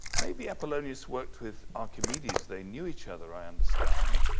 maybe apollonius worked with archimedes. they knew each other, i understand,